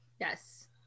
yes